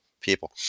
people